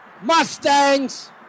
Mustangs